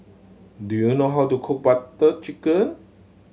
do you know how to cook Butter Chicken